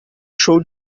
show